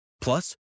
Plus